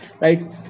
Right